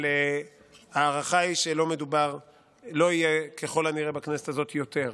ההערכה שלא יהיו בכנסת הזאת יותר.